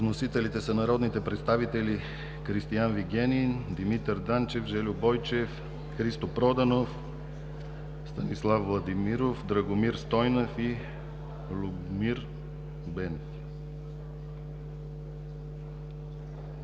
Вносители са народните представители Кристиан Вигенин, Димитър Данчев, Жельо Бойчев, Христо Проданов, Станислав Владимиров, Драгомир Стойнев и Любомир Бонев.